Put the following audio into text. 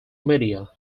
media